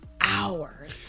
hours